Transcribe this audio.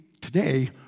today